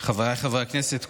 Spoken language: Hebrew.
חבריי חברי הכנסת,